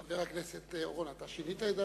חבר הכנסת אורון, אתה שינית את דעתך?